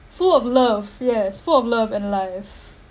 full of love yes full of love and life